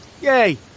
Yay